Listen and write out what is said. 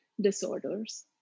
disorders